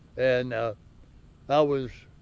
and ah i was